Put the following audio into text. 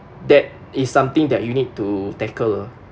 that is something that you need to tackle